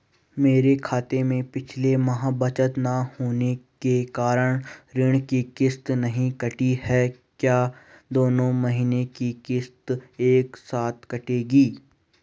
मेरे खाते में पिछले माह बचत न होने के कारण ऋण की किश्त नहीं कटी है क्या दोनों महीने की किश्त एक साथ कटेगी?